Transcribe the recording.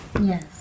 Yes